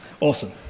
awesome